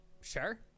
Sure